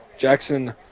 Jackson